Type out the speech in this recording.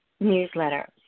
Newsletter